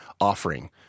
offering